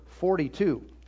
42